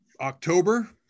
October